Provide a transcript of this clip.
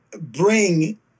bring